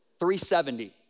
370